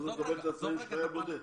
אז הוא מקבל את התנאים של חייל בודד.